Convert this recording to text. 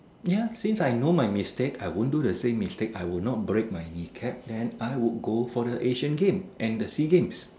ya since I know my mistake I won't do the same mistake I will not break my kneecap then I would go for the Asian game and the sea games